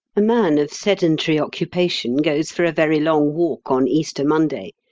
a man of sedentary occupation goes for a very long walk on easter monday,